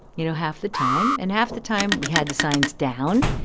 you know, half the time, and half the time, we had the signs down,